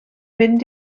mynd